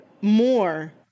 more